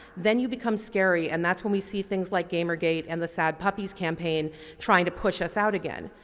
then you become scary and that's when we see things like game or gate and the sad puppies campaign trying to push us out again.